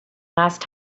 last